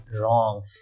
wrong